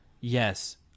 Yes